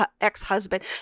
ex-husband